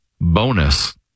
bonus